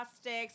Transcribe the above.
sticks